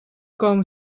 komen